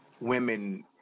women